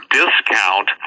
discount